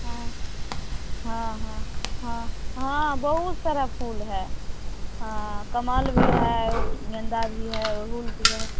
हाँ हाँ हाँ हाँ हाँ बहुत सारा फूल है हाँ कमल भी है और गेंदा भी है अड़हुल भी है